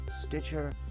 Stitcher